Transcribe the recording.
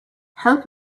help